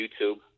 YouTube